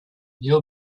néo